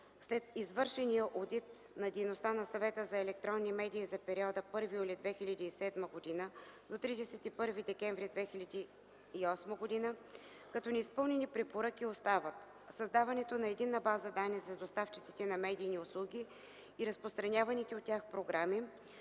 след извършения одит на дейността на Съвета за електронни медии за периода от 1 януари 2007 г. до 31 декември 2008 г. като неизпълнени препоръки остават създаването на единна база данни на доставчиците на медийни услуги и разпространяваните от тях програми,